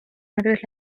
nervios